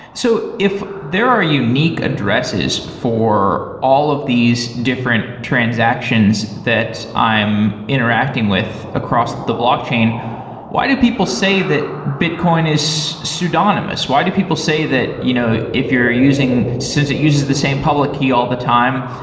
so if there are unique addresses for all of these different transactions that i'm interacting with across the blockchain, why do people say that bitcoin is pseudonymous? why do people say that you know if you're using since it uses the same public key all the time,